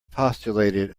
postulated